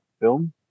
Film